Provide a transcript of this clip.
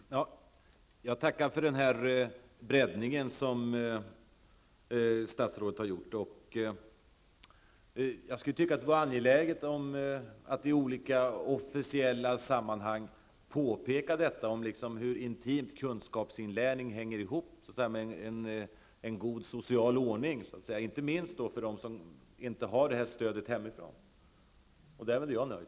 Herr talman! Jag tackar för den breddning av sitt svar som statsrådet har gjort. Det är angeläget att man i olika officiella sammanhang påpekar att kunskapsinlärning intimt hänger samman med en god social ordning, inte minst för dem som inte har stödet hemifrån. Därmed är jag nöjd.